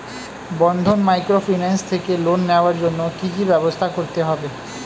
বন্ধন microfinance থেকে loan নেওয়ার জন্য কি কি ব্যবস্থা করতে হবে?